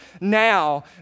now